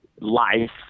life